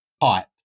pipe